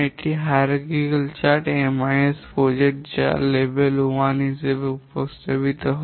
এটি শ্রেণিবিন্যাসগত chart MIS প্রকল্প যা একটি স্তর 1 হিসাবে উপস্থাপিত হয়